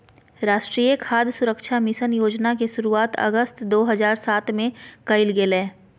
राष्ट्रीय खाद्य सुरक्षा मिशन योजना के शुरुआत अगस्त दो हज़ार सात में कइल गेलय